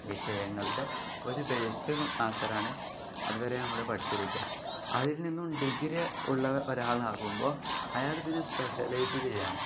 വിഷയങ്ങളുടെ ഒരു ബേസ് മാത്രമാണ് അതുവരെ നമ്മൾ പഠിച്ചിരിക്കുക അതിൽ നിന്നും ഡിഗ്രി ഉള്ള ഒരാളാകുമ്പോൾ അയാൾ പിന്നെ സ്പെഷലൈസ് ചെയ്യുകയാണ്